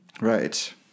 Right